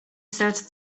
sells